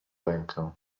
rękę